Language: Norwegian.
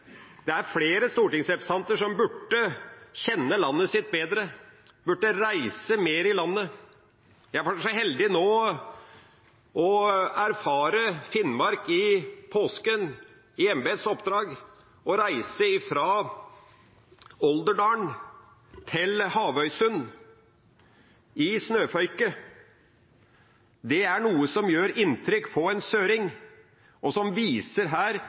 det er flere stortingsrepresentanter som burde kjenne landet sitt bedre, burde reise mer i landet. Jeg var så heldig nå å erfare Finnmark i påsken i embets oppdrag og reiste fra Olderdalen til Havøysund i snøføyke. Det er noe som gjør inntrykk på en søring, og som viser her